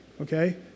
okay